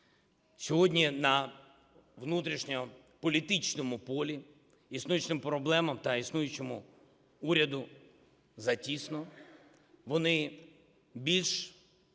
Сьогодні на внутрішньополітичному полі існуючим проблемам та існуючому уряду затісно, вони більше,